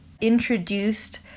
introduced